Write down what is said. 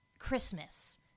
Christmas